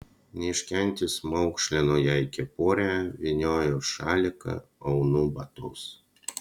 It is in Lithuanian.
neiškentęs maukšlinu jai kepurę vynioju šaliką aunu batus